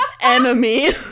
Enemy